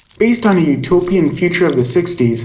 based on a utopian future of the sixty s,